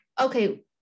okay